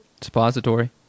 Suppository